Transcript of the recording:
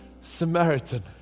Samaritan